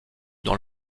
dans